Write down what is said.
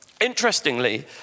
Interestingly